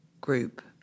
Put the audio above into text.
Group